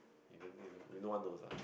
you don't think you know you don't want those ah